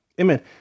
Amen